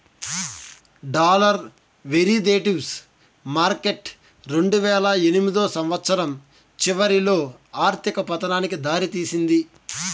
dollar derivatives market రెండువేల ఎనిమిదో సంవచ్చరం చివరిలో ఆర్థిక పతనానికి దారి తీసింది